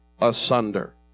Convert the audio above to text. Asunder